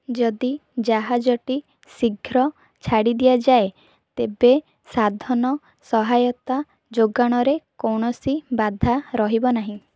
ଯଦି ଜାହାଜଟି ଶୀଘ୍ର ଛାଡ଼ି ଦିଆଯାଏ ତେବେ ସାଧନ ସହାୟତା ଯୋଗାଣରେ କୌଣସି ବାଧା ରହିବ ନାହିଁ